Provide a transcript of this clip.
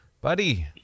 Buddy